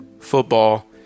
football